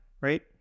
right